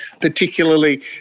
particularly